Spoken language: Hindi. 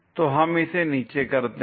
तो हम इसे नीचे करते हैं